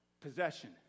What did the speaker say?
Possession